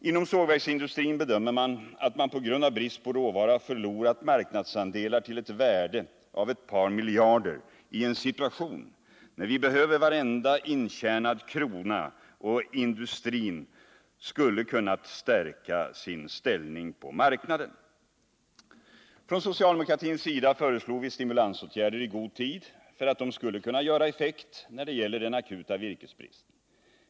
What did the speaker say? Inom sågverksindustrin bedömer man att man på grund av brist på råvara förlorat marknadsandelar till ett värde av ett par miljarder i en situation när vi behöver varenda intjänad krona och industrin skulle ha kunnat stärka sin ställning på marknaden. Från socialdemokratins sida föreslog vi stimulansåtgärder i god tid för att de skulle kunna göra effekt då det gäller den akuta virkesbristen.